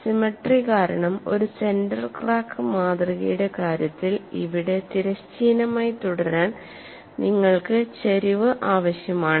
symmetry കാരണം ഒരു centre crack മാതൃകയുടെ കാര്യത്തിൽ ഇവിടെ തിരശ്ചീനമായി തുടരാൻ നിങ്ങൾക്ക് ചരിവ് ആവശ്യമാണ്